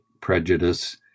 prejudice